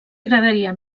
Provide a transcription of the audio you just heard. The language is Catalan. agradaria